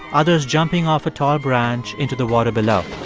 others jumping off a tall branch into the water below.